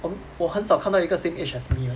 我我很少看到有一个 same age as me 的